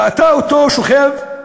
ראתה אותו שוכב,